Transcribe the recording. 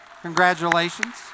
Congratulations